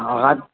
हा